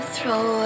Throw